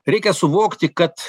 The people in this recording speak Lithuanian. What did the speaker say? reikia suvokti kad